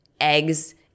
eggs